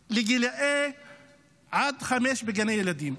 עד לגילאי חמש בגני ילדים.